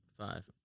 Five